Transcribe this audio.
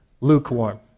lukewarm